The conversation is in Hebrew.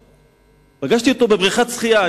פגשתי אותו בבריכת השחייה.